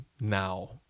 now